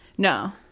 No